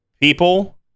people